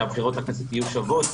שהבחירות לכנסת יהיו שוות,